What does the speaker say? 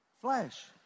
flesh